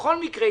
בכל מקרה,